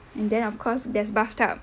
and then of course there's bathtub